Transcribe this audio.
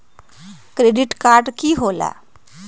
Credit card की होला?